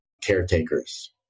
caretakers